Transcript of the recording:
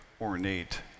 ornate